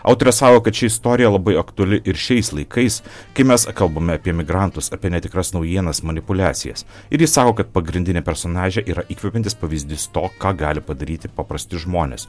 autorė sako kad ši istorija labai aktuali ir šiais laikais kai mes kalbame apie emigrantus apie netikras naujienas manipuliacijas ir ji sako kad pagrindinė personažė yra įkvepiantis pavyzdys to ką gali padaryti paprasti žmonės